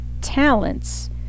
talents